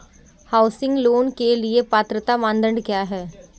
Housing loan के लिए पात्रता मानदंड क्या हैं?